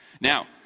Now